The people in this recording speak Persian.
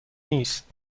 نیست